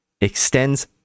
extends